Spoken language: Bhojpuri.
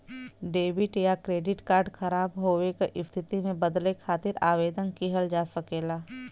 डेबिट या क्रेडिट कार्ड ख़राब होये क स्थिति में बदले खातिर आवेदन किहल जा सकला